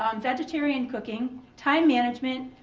um vegetarian cooking, time management.